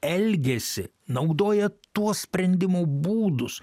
elgiasi naudoja tuos sprendimo būdus